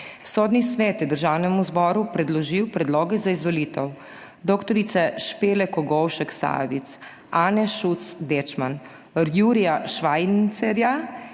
Sodni svet je Državnemu zboru predložil predloge za izvolitev dr. Špele Kogovšek Sajovic, Ane Šuc Dečman, Jurija Švajncerja,